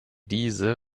diese